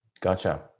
Gotcha